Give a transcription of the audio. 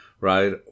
right